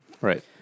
Right